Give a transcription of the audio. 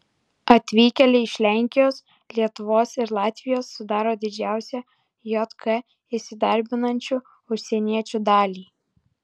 atvykėliai iš lenkijos lietuvos ir latvijos sudaro didžiausią jk įsidarbinančių užsieniečių dalį